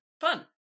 fun